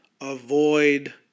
avoid